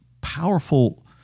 powerful